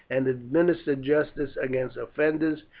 and administer justice against offenders,